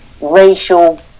racial